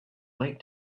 late